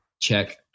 Check